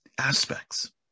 aspects